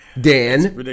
Dan